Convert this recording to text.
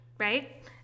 Right